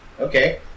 Okay